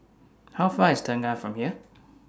How Far IS Tengah from here